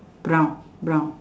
brown brown